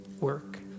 work